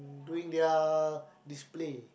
doing their display